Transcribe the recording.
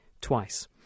twice